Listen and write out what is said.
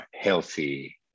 healthy